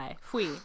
Fui